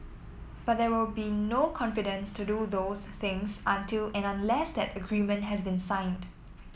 but there will be no confidence to do those things until and unless that agreement has been signed